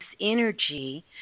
energy